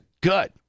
good